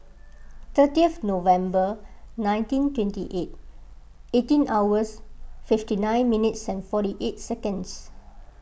thirtieth November nineteen twenty eight eighteen hours fifty nine minutes and forty eight seconds